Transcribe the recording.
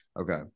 Okay